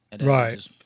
right